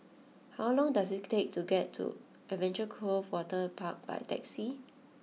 how long does it take to get to Adventure Cove Waterpark by taxi